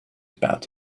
about